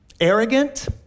arrogant